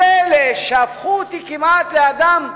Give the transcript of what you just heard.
כל אלה שהפכו אותי כמעט לאדם,